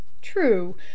True